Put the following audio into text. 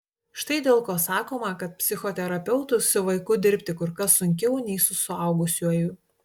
štai dėl ko sakoma kad psichoterapeutui su vaiku dirbti kur kas sunkiau nei su suaugusiuoju